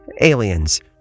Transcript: aliens